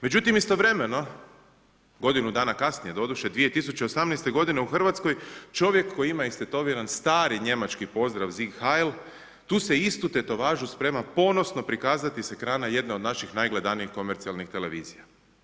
Međutim istovremeno, godinu dana kasnije doduše, 2018. godine u Hrvatskoj čovjek koji ima istetoviran stari njemački pozdrav sieg heil tu se istu tetovažu sprema ponosno prikazati s ekrana jedne od naših najgledanijih komercijalnih televizija.